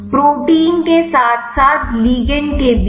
protein के साथ साथ लिगंड के बीच